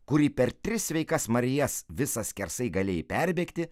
kurį per tris sveikas marijas visas skersai galėjai perbėgti